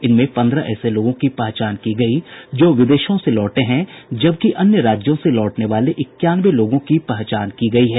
इनमें पन्द्रह ऐसे लोगों की पहचान की गयी जो विदेशों से लौटे हैं जबकि अन्य राज्यों से लौटने वाले इक्यानवे लोगों की पहचान की गयी है